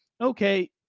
okay